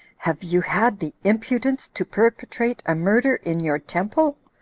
have you had the impudence to perpetrate a murder in your temple?